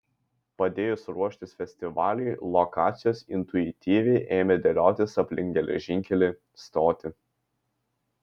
padėjus ruoštis festivaliui lokacijos intuityviai ėmė dėliotis aplink geležinkelį stotį